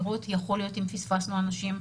לראות אם פספסנו אנשים,